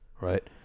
right